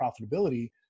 profitability